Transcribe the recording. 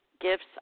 gifts